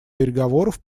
переговоров